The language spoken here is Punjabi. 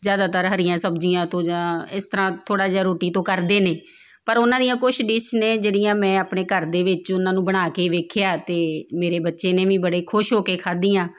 ਜ਼ਿਆਦਾਤਰ ਹਰੀਆਂ ਸਬਜ਼ੀਆਂ ਤੋਂ ਜਾਂ ਇਸ ਤਰ੍ਹਾਂ ਥੋੜ੍ਹਾ ਜਿਹਾ ਰੋਟੀ ਤੋਂ ਕਰਦੇ ਨੇ ਪਰ ਉਹਨਾਂ ਦੀਆਂ ਕੁਛ ਡਿਸ਼ ਨੇ ਜਿਹੜੀਆਂ ਮੈਂ ਆਪਣੇ ਘਰ ਦੇ ਵਿੱਚ ਉਹਨਾਂ ਨੂੰ ਬਣਾ ਕੇ ਵੇਖਿਆ ਅਤੇ ਮੇਰੇ ਬੱਚੇ ਨੇ ਵੀ ਬੜੇ ਖੁਸ਼ ਹੋ ਕੇ ਖਾਧੀਆਂ